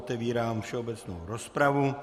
Otevírám všeobecnou rozpravu.